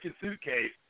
suitcase